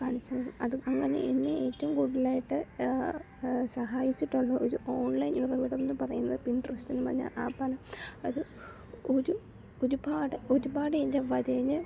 കാണിച്ചു തരും അത് അങ്ങനെ എന്നെ ഏറ്റവും കുടുതലായിട്ട് സഹായിച്ചിട്ടുള്ള ഒരു ഓൺലൈൻ എന്നു പറയുന്നത് പിൻറെസ്റ്റ് എന്നുപറയുന്ന ആപ്പാണ് അത് ഒരു ഒരുപാട് ഒരുപാട് എൻ്റെ വരയെ